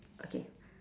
okay